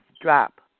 drop